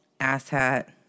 asshat